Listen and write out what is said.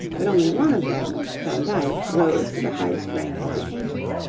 but only one of them, van dyck, rose to the highest rank as a painter.